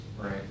Right